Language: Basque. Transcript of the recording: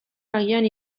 agian